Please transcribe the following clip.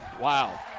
Wow